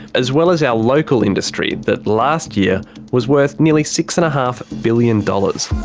as well as our local industry that last year was worth nearly six and a half billion dollars.